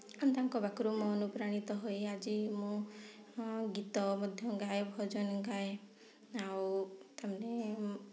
ତାଙ୍କ ପାଖରୁ ମୁଁ ଅନୁପ୍ରାଣିତ ହୋଇ ଆଜି ମୁଁ ଗୀତ ମଧ୍ୟ ଗାଏ ଭଜନ ଗାଏ ଆଉ ତାମାନେ